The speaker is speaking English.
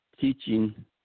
teaching